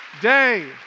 day